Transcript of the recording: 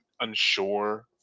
unsure